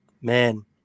Man